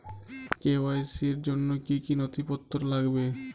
KYC র জন্য কি কি নথিপত্র লাগবে?